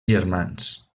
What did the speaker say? germans